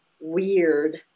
weird